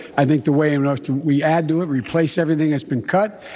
i think the way and ah we add to it, replace everything that's been cut.